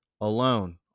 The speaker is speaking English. alone